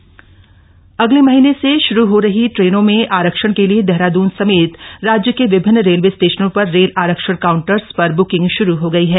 railway booking अगले महीने से श्रू हो रही ट्रेनों में आरक्षण के लिए देहरादून समेत राज्य के विभिन्न रेलवे स्टेशनों पर रेल आरक्षण काउंटर्स पर बुकिंग शुरू हो गई है